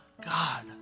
God